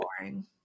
boring